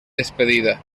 despedida